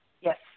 Yes